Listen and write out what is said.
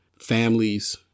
families